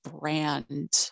brand